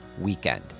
weekend